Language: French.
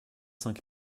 cinq